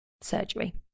surgery